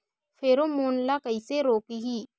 Pheromone ला कइसे रोकही?